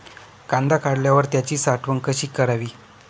कांदा काढल्यावर त्याची साठवण कशी करावी?